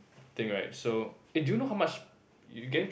thing right so eh do you know how much you getting is it